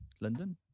London